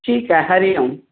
ठीकु आहे हरिओम